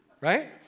right